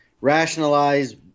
rationalize